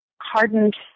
hardened